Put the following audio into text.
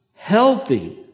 healthy